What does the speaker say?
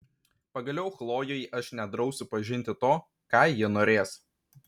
pagaliau chlojei aš nedrausiu pažinti to ką ji norės